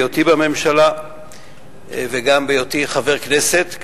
גם בהיותי בממשלה וגם בהיותי חבר כנסת,